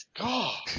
god